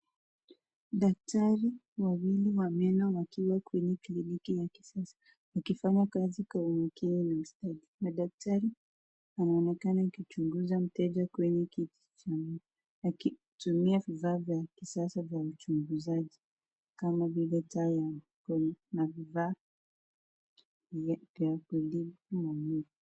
Daktari wawili wa meno wakiwa kwenye kliniki ya kisasa wakifanya kazi kwa umakini na ustadi. Madaktari wanaonekana wakichunguza mteja kwenye kiti cha meno wakitumia vifaa vya kisasa vya uchunguzaji kama vile taa ya mkono na vifaa vya.